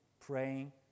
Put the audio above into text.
praying